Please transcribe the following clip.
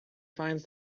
finds